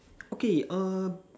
okay err